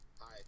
Hi